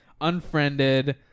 Unfriended